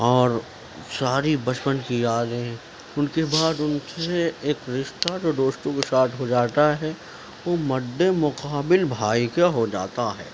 اور ساری بچپن کی یادیں ان کے بعد ان سے ایک رشتہ جو دوستوں کے ساتھ ہو جاتا ہے وہ مد مقابل بھائی کا ہو جاتا ہے